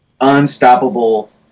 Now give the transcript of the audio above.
unstoppable